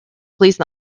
please